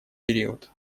период